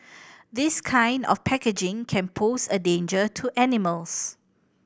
this kind of packaging can pose a danger to animals